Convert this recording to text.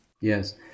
Yes